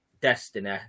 destiny